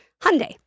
Hyundai